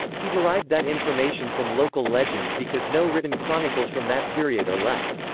he derived that information from local legends because no written chronicles from that period are left.